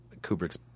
Kubrick's